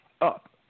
up